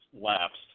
lapsed